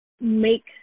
make